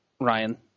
Ryan